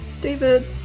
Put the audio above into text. David